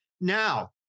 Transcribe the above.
Now